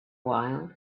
while